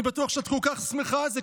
אני בטוח שאת כל כך שמחה על זה,